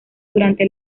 durante